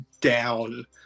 down